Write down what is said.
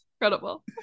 Incredible